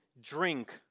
drink